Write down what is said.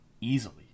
easily